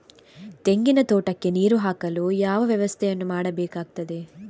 ತೆಂಗಿನ ತೋಟಕ್ಕೆ ನೀರು ಹಾಕಲು ಯಾವ ವ್ಯವಸ್ಥೆಯನ್ನು ಮಾಡಬೇಕಾಗ್ತದೆ?